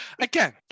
Again